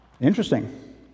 Interesting